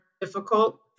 difficult